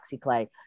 clay